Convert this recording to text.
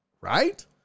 right